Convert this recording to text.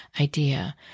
idea